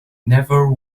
never